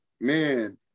man